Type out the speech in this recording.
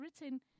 written